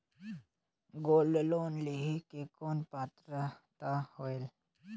Gold loan लेहे के कौन पात्रता होएल?